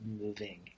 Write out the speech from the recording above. moving